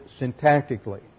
syntactically